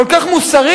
כל כך מוסרית,